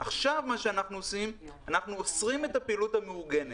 ועכשיו אנחנו אוסרים את הפעילות המאורגנת.